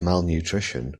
malnutrition